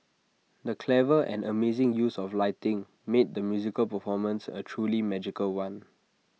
the clever and amazing use of lighting made the musical performance A truly magical one